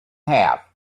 half